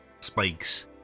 spikes